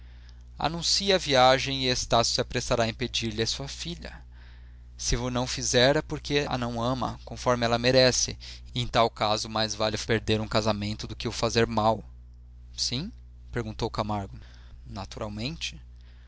anuncie a viagem e estácio se apressará a pedir-lhe sua filha se o não fizer é porque a não ama conforme ela merece e em tal caso mais vale perder um casamento do que o fazer mal sim perguntou camargo naturalmente